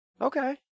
Okay